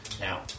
Now